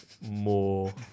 more